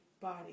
body